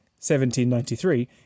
1793